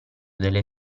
delle